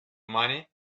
money